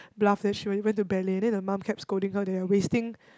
bluff that she went went to ballet then her mum kept scolding her that you're wasting